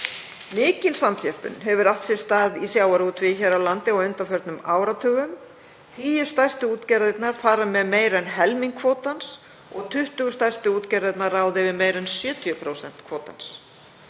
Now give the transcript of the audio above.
Mikil samþjöppun hefur átt sér stað í sjávarútvegi hér á landi á undanförnum áratugum. Tíu stærstu útgerðirnar fara með meira en helming kvótans og 20 stærstu útgerðirnar ráða yfir meira en 70% kvótans.